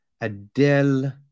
Adele